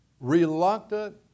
reluctant